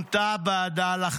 שאותה מונתה לחקור.